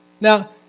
Now